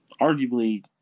arguably